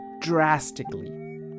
drastically